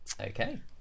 Okay